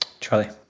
Charlie